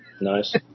Nice